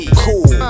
cool